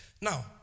Now